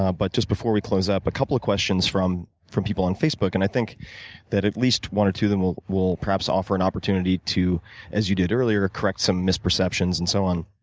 ah but just before we close up, a couple of questions from from people on facebook. and i think that at least one or two of them will will perhaps offer an opportunity to as you did earlier correct some misperceptions and so on.